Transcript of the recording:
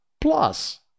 plus